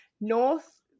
North